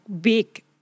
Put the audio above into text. big